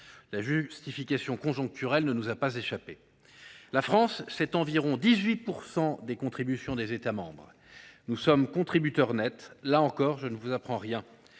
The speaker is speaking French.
La justification conjoncturelle ne nous a pas échappé. La France, c’est environ 18 % des contributions des États membres. Nous sommes contributeur net. Là encore, je ne vous apprends rien.